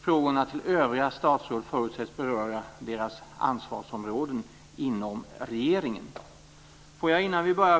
Frågorna till övriga statsråd förutsätts beröra deras ansvarsområden inom regeringen.